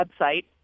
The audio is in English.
website